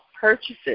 purchases